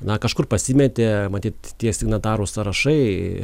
na kažkur pasimetė matyt tie signatarų sąrašai